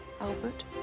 Albert